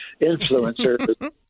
Influencer